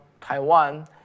Taiwan